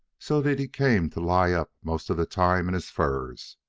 so that he came to lie up most of the time in his furs.